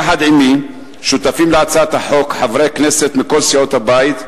יחד עמי שותפים להצעת החוק חברי כנסת מכל סיעות הבית,